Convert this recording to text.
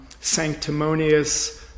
sanctimonious